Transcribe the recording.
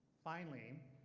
finally,